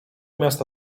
miasta